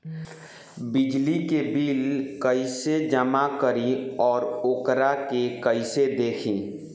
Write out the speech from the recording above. बिजली के बिल कइसे जमा करी और वोकरा के कइसे देखी?